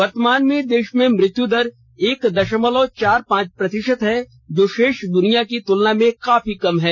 वर्तमान में देश में मृत्यू दर एक दशमलव चार पांच प्रतिशत है जो शेष दुनिया की तुलना में काफी कम है